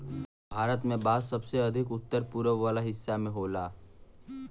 भारत में बांस सबसे अधिका उत्तर पूरब वाला हिस्सा में होला